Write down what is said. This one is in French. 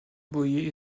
boyer